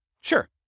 Sure